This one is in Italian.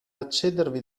accedervi